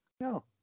No